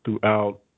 throughout